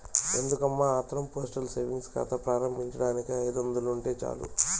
ఎందుకమ్మా ఆత్రం postal savings కాతా ప్రారంబించేదానికి ఐదొందలుంటే సాలు